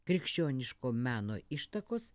krikščioniško meno ištakos